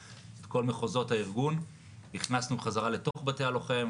את כל מחוזות הארגון הכנסנו בחזרה לתוך בתי הלוחם,